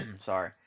Sorry